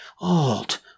alt